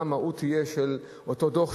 מה תהיה המהות של אותו דוח,